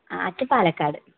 ആ അച്ഛൻ പാലക്കാട്